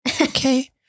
Okay